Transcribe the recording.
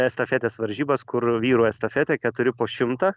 estafetės varžybas kur vyrų estafetė keturi po šimtą